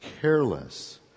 careless